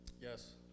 Yes